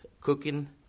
cooking